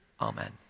Amen